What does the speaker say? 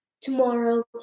tomorrow